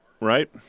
right